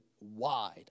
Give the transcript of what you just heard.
wide